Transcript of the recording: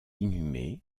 inhumé